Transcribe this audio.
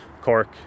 Cork